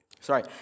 Sorry